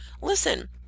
Listen